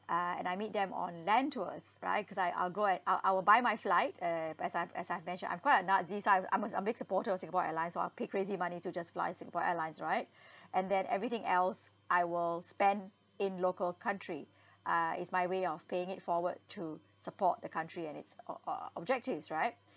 uh and I meet them on land tours right cause I I'll go at I I will buy my flight uh but as I've as I've mentioned I'm quite a nazis so I'm I'm a I'm big supporter of singapore airlines so I'll pay crazy money to just fly singapore airlines right and then everything else I will spend in local country uh it's my way of paying it forward to support the country and its uh o~ o~ objectives right